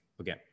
Okay